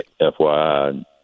FYI